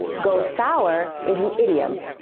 go sour is an idiom.